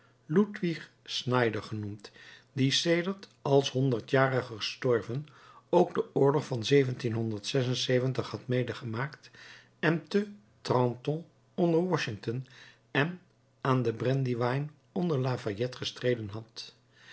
ludwig snyder genoemd die sedert als honderdjarige gestorven ook den oorlog van had medegemaakt en te trenton onder washington en aan de brandywine onder lafayette gestreden had